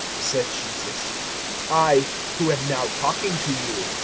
said jesus i who am now talking to you.